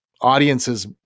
audiences